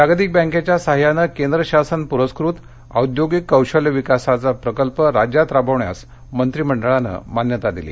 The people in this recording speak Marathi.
जागतिक बँकेच्या सहाय्यानं केंद्र शासन पुरस्कृत औद्योगिक कौशल्य विकासाचा प्रकल्प महाराष्ट्र राज्यात राबविण्यास मंत्रिमंडळानं मान्यता दिली